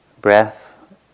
breath